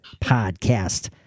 podcast